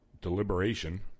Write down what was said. deliberation